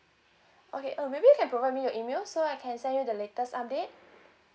okay uh maybe you can provide me your email so I can send you the latest update